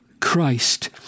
Christ